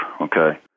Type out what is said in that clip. okay